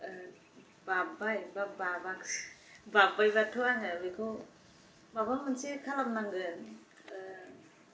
बाब्बाय बा बाबाखिसै बाब्बायबाथ' आङो बेखौ माबा मोनसे खालामनांगोन